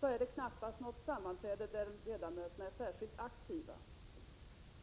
är det knappast ett sammanträde där ledamöterna är särskilt aktiva.